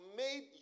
made